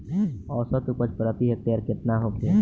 औसत उपज प्रति हेक्टेयर केतना होखे?